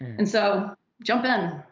and so jump in.